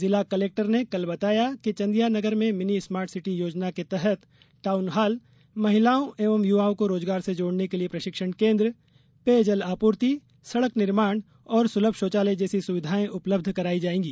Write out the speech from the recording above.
जिला कलेक्टर ने कल बताया कि चंदिया नगर मे मिनी स्मार्ट सिटी योजना के तहत टाउन हाल महिलाओं एवं युवाओं को रोजगार से जोड़ने के लिए प्रशिक्षण केन्द्र पेयजल आपूर्ति सडक निर्माण और सुलभ शौचालय जैसी सुविधाये उपलब्ध कराई जायेंगी